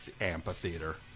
Amphitheater